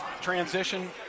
transition